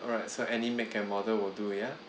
alright so any make and model will do ya